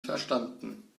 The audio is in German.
verstanden